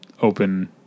open